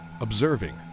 Observing